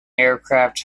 aircraft